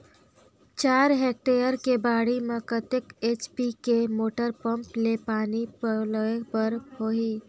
चार हेक्टेयर के बाड़ी म कतेक एच.पी के मोटर पम्म ले पानी पलोय बर होही?